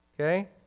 okay